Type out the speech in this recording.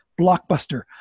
blockbuster